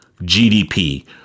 gdp